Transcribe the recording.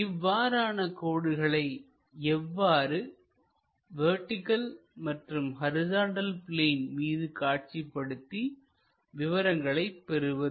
இவ்வாறான கோடுகளை எவ்வாறு வெர்டிகள் மற்றும் ஹரிசாண்டல் பிளேன் மீது காட்சிப்படுத்தி விவரங்களை பெறுவது